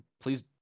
please